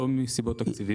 זה לא מסיבות תקציביות.